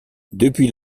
depuis